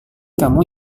kamu